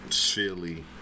Philly